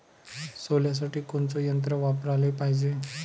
सोल्यासाठी कोनचं यंत्र वापराले पायजे?